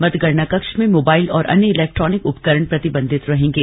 मतगणना कक्ष में मोबाइल और अन्य इलेक्ट्रानिक उपकरण प्रतिबंधित रहेंगे